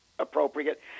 Appropriate